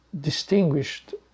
distinguished